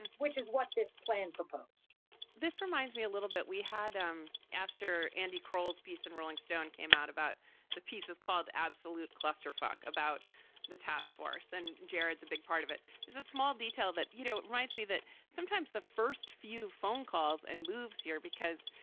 which is what this plan proposed this reminds me a little bit. we had um after andy crowley's piece in rolling stone came out about the piece is called absolute cluster fuck about the task force and jarrad's. a big part of it is a small detail that you know reminds me that sometimes the first few phone calls and moves here because.